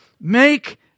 Make